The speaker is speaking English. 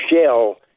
shell